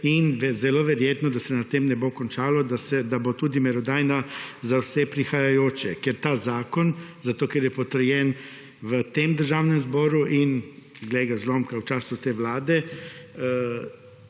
in je zelo verjetno, da se na tem ne bo končalo, da bo tudi merodajna za vse prihajajoče, ker ta zakon, zato ker je potrjen v tem Državnem zboru in, glej ga zlomka, v času te vlade,